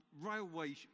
railway